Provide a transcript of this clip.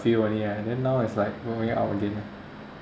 a few only right then now it's like going up again ah